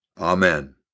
Amen